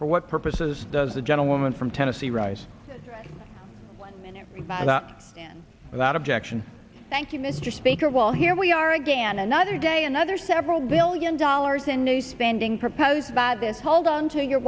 for what purpose does the gentlewoman from tennessee rise one minute by the man without objection thank you mr speaker well here we are again another day another several billion dollars in new spending proposed by this hold onto your